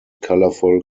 colorful